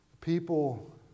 People